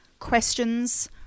questions